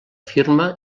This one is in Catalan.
firma